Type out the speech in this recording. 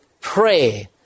pray